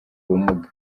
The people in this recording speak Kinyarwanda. ubumuga